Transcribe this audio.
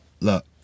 look